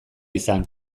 izan